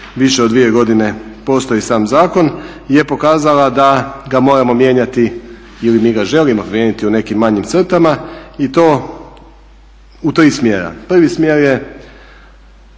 više od dvije godine postoji sam zakon je pokazala da ga moramo mijenjati ili mi ga želimo mijenjati u nekim manjim crtama i to u tri smjera. Prvi smjer